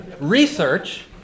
research